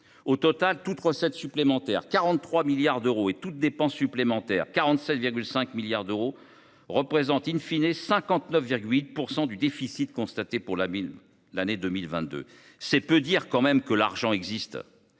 Au total, toutes recettes supplémentaires – 43 milliards d’euros – et toutes dépenses supplémentaires – 47,5 milliards d’euros – représentent 59,8 % du déficit constaté pour l’année 2022. C’est peu dire qu’il y a de l’argent !